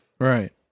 Right